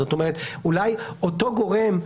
זאת אומרת אולי אותו גורם,